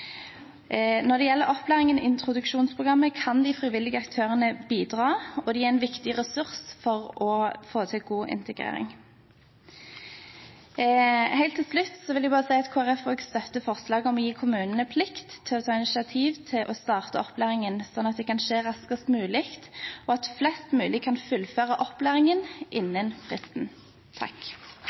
Når det gjelder opplæringen i introduksjonsprogrammet, kan de frivillige aktørene bidra. De er en viktig ressurs for å få til god integrering. Helt til slutt vil jeg si at Kristelig Folkeparti støtter forslaget om å gi kommunene plikt til å ta initiativ til å starte opplæringen, slik at det kan skje raskest mulig, og at flest mulig kan fullføre opplæringen innen fristen.